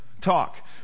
talk